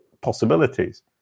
possibilities